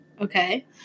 Okay